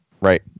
right